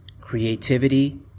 Creativity